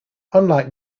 unlike